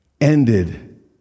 ended